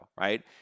right